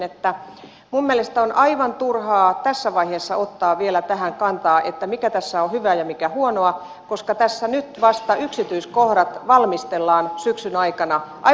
minun mielestäni on aivan turhaa tässä vaiheessa ottaa vielä tähän kantaa että mikä tässä on hyvää ja mikä huonoa koska tässä nyt vasta yksityiskohdat valmistellaan syksyn aikana aivan niin kuin on sovittu